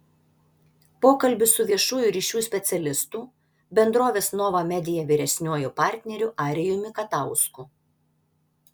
pokalbis su viešųjų ryšių specialistu bendrovės nova media vyresniuoju partneriu arijumi katausku